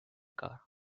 car